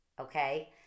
okay